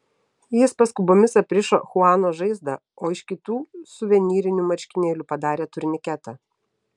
jis paskubomis aprišo chuano žaizdą o iš kitų suvenyrinių marškinėlių padarė turniketą